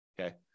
Okay